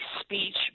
speech